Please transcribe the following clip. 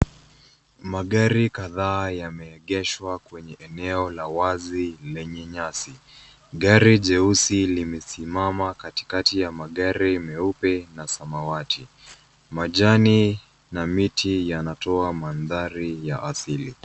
Magari kadhaa yameegeshwa kwenye eneo la wazi lenye nyasi. Gari jeusi limesimama katikati ya magari meupe na samawati. Majani na miti yanatoa mandhari ya asili.